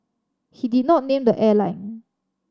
he did not name the airline